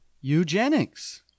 Eugenics